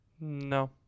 No